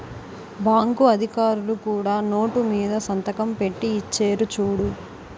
bank అధికారులు కూడా note మీద సంతకం పెట్టి ఇచ్చేరు చూడు